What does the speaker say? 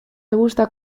gusta